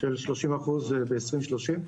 של 30% ב-2030.